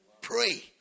Pray